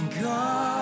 God